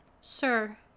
Sir